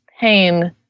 pain